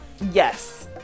Yes